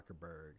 Zuckerberg